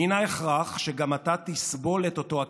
מן ההכרח שגם אתה תסבול את אותו הכאב.